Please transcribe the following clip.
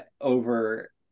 over